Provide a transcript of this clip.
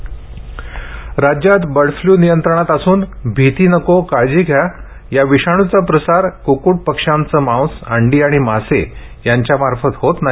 bird flu राज्यात bird flu नियंत्रणात असून भीती नको काळजी घ्या या विषाणूचा प्रसार कुक्कूट पक्ष्यांचे मांस अंडी किंवा मासे यांच्यामार्फत होत नाही